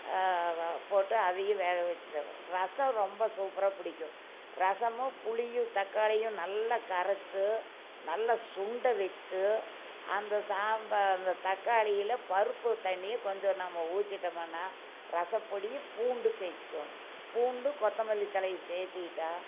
போட்டு அதையும் வேக வச்சு ரசம் ரொம்ப சூப்பராக பிடிக்கும் ரசமும் புளியும் தக்காளியும் நல்லா கரைச்சு நல்லா சுண்ட வச்சு அந்த சாம்பார் அந்த தக்காளியில் பருப்பு தண்ணியை கொஞ்சம் நம்ம ஊற்றிட்டோம்னா ரசப்பொடி பூண்டு சேர்திக்கோணும் பூண்டு கொத்தமல்லி தழையை சேர்திட்டா